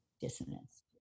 dissonance